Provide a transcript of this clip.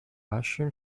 mushroom